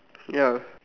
ya